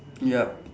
yup